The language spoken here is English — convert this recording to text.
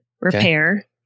Repair